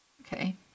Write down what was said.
okay